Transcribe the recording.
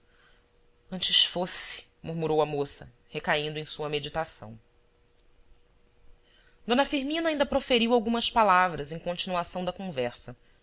antes fosse murmurou a moça recaindo em sua meditação d firmina ainda proferiu algumas palavras em continuação da conversa